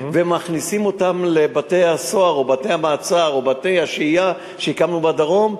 ומכניסים אותם לבתי-הסוהר או לבתי-המעצר ולבתי-השהייה שהקמנו בדרום,